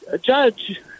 judge